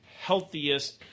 healthiest